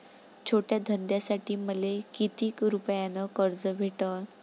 छोट्या धंद्यासाठी मले कितीक रुपयानं कर्ज भेटन?